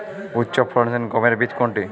উচ্চফলনশীল গমের বীজ কোনটি?